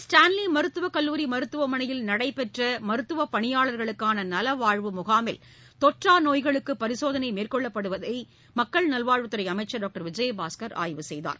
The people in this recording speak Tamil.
ஸ்டான்லி மருத்துவக் கல்லுாரி மருத்துவமனையில் நடைபெற்ற சென்னை மருத்துவப் பணியாளர்களுக்கான நலவாழ்வு முகாமில் தொற்றா நோய்களுக்கு பரிசோதனை மேற்கொள்ளப்படுவதை மக்கள் நல்வாழ்வுத்துறை அமைச்சர் டாக்டர் விஜயபாஸ்கர் ஆய்வு செய்தார்